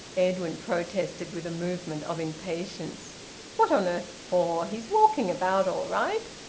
edwin protested with a movement of impatience what on earth for? he's walking about all right.